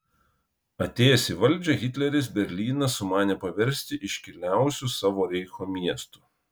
atėjęs į valdžią hitleris berlyną sumanė paversti iškiliausiu savo reicho miestu